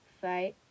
Fight